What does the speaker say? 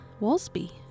Walsby